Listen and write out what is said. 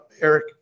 Eric